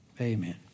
Amen